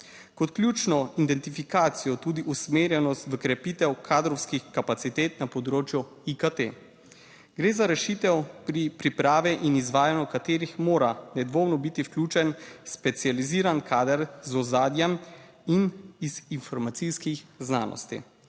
Kot ključno identifikacijo tudi usmerjenost v krepitev kadrovskih kapacitet na področju IKT. Gre za rešitev, pri pripravi in izvajanju katerih mora nedvomno biti vključen specializiran kader z ozadjem in iz informacijskih znanosti,